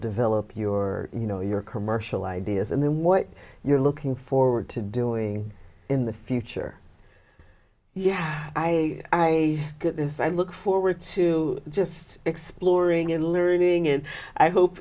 develop your you know your commercial ideas and then what you're looking forward to doing in the future yeah i get this i look forward to just exploring and learning it i hope